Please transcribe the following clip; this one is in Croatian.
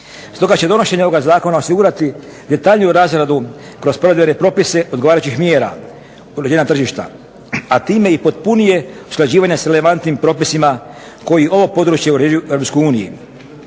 Stoga će donošenje ovoga zakona osigurati detaljniju razradu kroz pojedine propise odgovarajućih mjera uređenja tržišta, a time i potpunije usklađivanje s relevantnim propisima koji ovo područje uređuju EU.